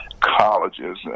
colleges